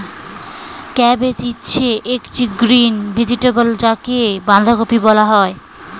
cabbage হচ্ছে একটি green vegetable যাকে বাঁধাকপি বলা হয়